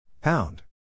pound